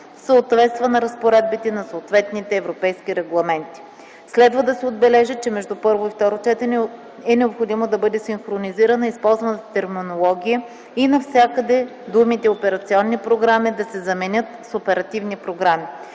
съответства на разпоредбите на съответните европейски регламенти. Следва да се отбележи, че между първо и второ четене е необходимо да бъде синхронизирана използваната терминология и навсякъде думите „операционни програми” да се заменят с „оперативни програми”.